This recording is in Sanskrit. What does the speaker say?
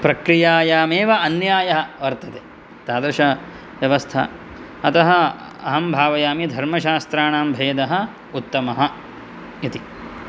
प्रक्रियायामेव अन्यायः वर्तते तादृश व्यवस्था अतः अहं भावयामि धर्मशास्त्राणां भेदः उत्तमः इति